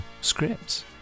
scripts